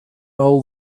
all